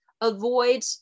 avoid